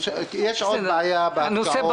יש עוד בעיה בהפקעות,